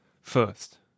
first